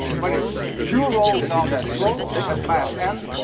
when it pure rolls down that slope, it has mass m,